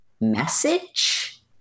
message